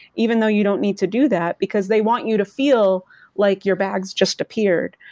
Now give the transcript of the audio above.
even though you don't need to do that because they want you to feel like your bags just appeared,